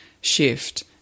shift